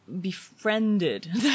befriended